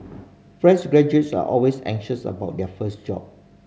fresh graduates are always anxious about their first job